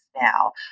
now